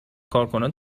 کارکنان